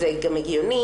זה גם הגיוני,